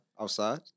outside